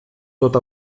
tot